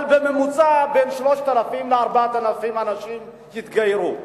אבל בממוצע בין 3,000 ל-4,000 איש התגיירו,